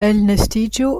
elnestiĝo